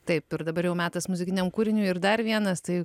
taip ir dabar jau metas muzikiniam kūriniui ir dar vienas tai